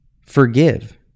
forgive